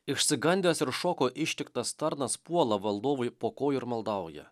išsigandęs ir šoko ištiktas tarnas puola valdovui po kojų ir maldauja